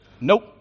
Nope